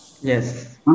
Yes